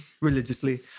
religiously